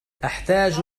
أحتاج